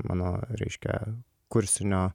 mano reiškia kursinio